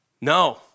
No